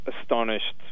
astonished